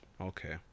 Okay